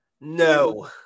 No